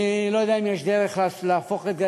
אני לא יודע אם יש דרך להפוך את זה,